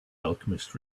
alchemist